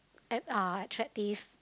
and are attractive